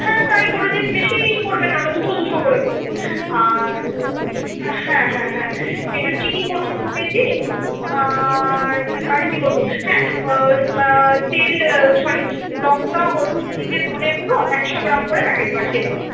হ্যাঁ তাই করে দিন বেশি করবেন না ওটা দুশো দুশো করে করুন আর হ্যাঁ হ্যাঁ হ্যাঁ খেজুর চিনি করুন দু কেজি আর আর কি বলব হ্যাঁ আর তেল সরি লঙ্কা হলুদ জিরে ধনে গুঁড়ো একশো গ্রাম করে প্যাকেট পাঠিয়ে দেবেন